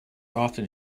often